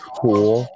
cool